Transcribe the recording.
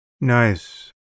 Nice